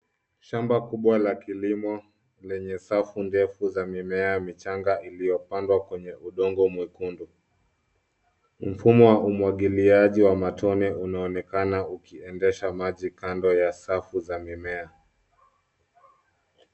Shamba kubwa la kilimo lenye safu ndefu za mimea michanga iliyopandwa kwenye udongo mwekundu. Mfumo wa umwagiliaji wa matone unaonekana ukiendesha maji kando ya safu za mimea.